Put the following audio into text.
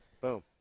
Boom